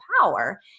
power